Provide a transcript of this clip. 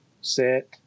set